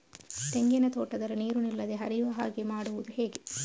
ತೆಂಗಿನ ತೋಟದಲ್ಲಿ ನೀರು ನಿಲ್ಲದೆ ಹರಿಯುವ ಹಾಗೆ ಮಾಡುವುದು ಹೇಗೆ?